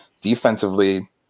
defensively